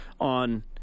on